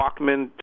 Walkman